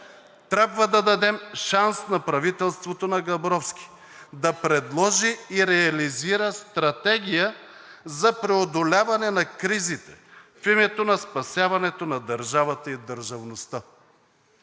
Трябва да дадем шанс на правителството на Габровски да предложи и реализира стратегия за преодоляване на кризите в името на спасяването на държавата и държавността.